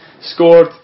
scored